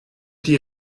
die